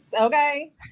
Okay